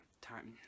time